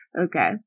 Okay